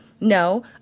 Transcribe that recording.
No